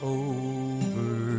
over